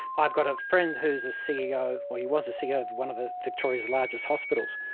i've got a friend who is a ceo or he was a ceo of one of ah victoria's largest hospitals,